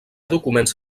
documents